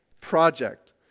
project